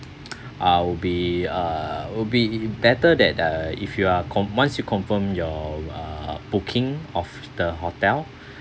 ah will be uh will be better that uh if you are conf~ once you confirm your uh booking of the hotel